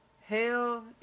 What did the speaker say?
Hell